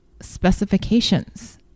specifications